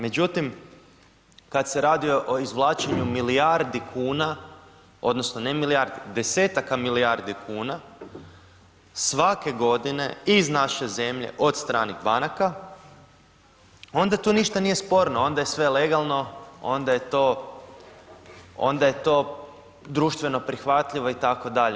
Međutim, kad se radi o izvlačenju milijardi kuna odnosno ne milijardu, desetaka milijardi kuna svake godine iz naše zemlje od stranih banaka, onda tu ništa nije sporno, onda je sve legalno, onda je to društveno prihvatljivo itd.